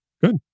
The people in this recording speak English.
good